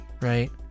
Right